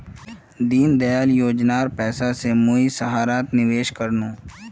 दीनदयाल योजनार पैसा स मुई सहारात निवेश कर नु